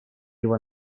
его